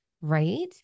right